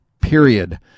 period